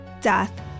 death